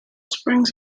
springs